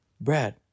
Brad